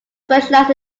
specialized